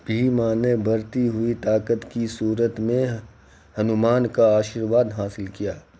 بھیما نے برھتی ہوئی طاقت کی صورت میں ہنومان کا آشیرواد حاصل کیا